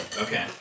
Okay